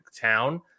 town